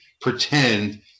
pretend